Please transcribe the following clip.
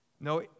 No